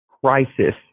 crisis